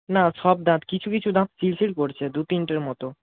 না সব দাঁত কিছু কিছু দাঁত শিরশির করছে দুতিনটের মতো